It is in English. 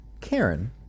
Karen